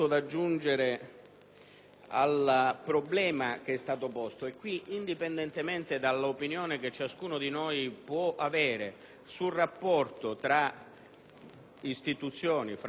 al problema che è stato posto. Indipendentemente dell'opinione che ciascuno di noi può avere sul rapporto tra istituzioni, tra poteri dello Stato,